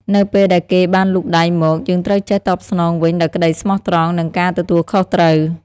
នៅពេលដែលគេបានលូកដៃមក យើងត្រូវចេះតបស្នងវិញដោយក្តីស្មោះត្រង់ និងការទទួលខុសត្រូវ។